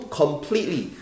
completely